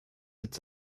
its